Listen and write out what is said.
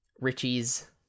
Richie's